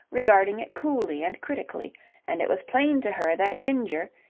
regarding it coolly and critically and it was plain to her that ginger,